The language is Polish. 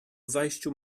zajściu